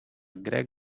greg